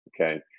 Okay